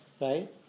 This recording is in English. Right